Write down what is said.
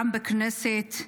גם בכנסת,